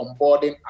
onboarding